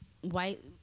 white